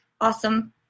Awesome